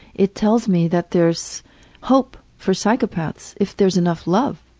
it tells me that there's hope for psychopaths if there's enough love.